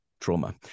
trauma